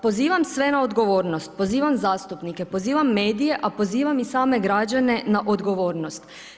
Pozivam sve na odgovornost, pozivam zastupnike, pozivam medije, a pozivam i same građane na odgovornost.